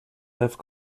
have